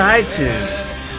iTunes